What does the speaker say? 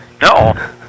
No